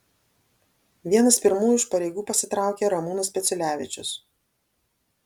vienas pirmųjų iš pareigų pasitraukė ramūnas peciulevičius